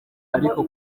ariko